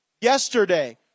yesterday